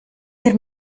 der